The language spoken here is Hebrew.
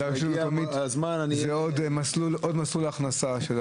זה עוד מסלול הכנסה שלה.